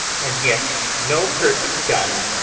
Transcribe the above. and yet no hurt done!